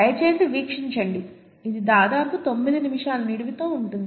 దయచేసి వీక్షించండి ఇది దాదాపు 9 నిమిషాల నిడివితో ఉంటుంది